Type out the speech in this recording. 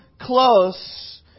close